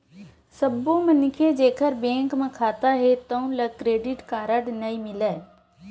सब्बो मनखे जेखर बेंक म खाता हे तउन ल क्रेडिट कारड नइ मिलय